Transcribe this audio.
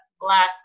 black